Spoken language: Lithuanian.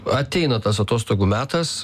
ateina tas atostogų metas